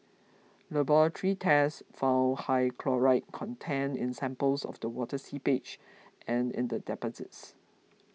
laboratory tests found high chloride content in samples of the water seepage and in the deposits